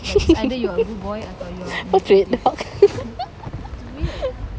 portrait the fuck